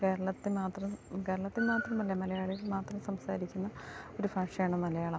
കേരളത്തിൽ മാത്രം കേരളത്തിൽ മാത്രമല്ല മലയാളികൾ മാത്രം സംസാരിക്കുന്ന ഒരു ഭാഷയാണ് മലയാളം